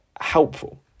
helpful